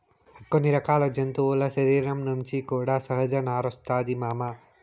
కొన్ని రకాల జంతువుల శరీరం నుంచి కూడా సహజ నారొస్తాది మామ